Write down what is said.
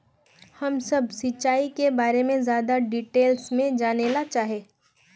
हम सब सिंचाई के बारे में ज्यादा डिटेल्स में जाने ला चाहे?